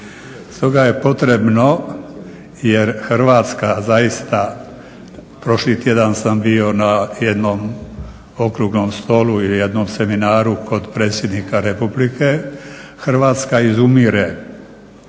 S toga je potrebno, jer Hrvatska zaista prošli tjedan sam bio na jednom okruglom stolu ili jednom seminaru kod predsjednika Republike, Hrvatska izumire,